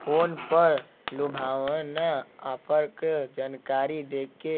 phone पर लुभावना offer क जानकारी देके